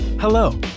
Hello